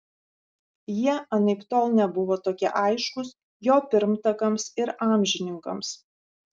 jie anaiptol nebuvo tokie aiškūs jo pirmtakams ir amžininkams